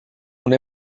una